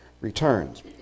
returns